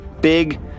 big